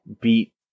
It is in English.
beat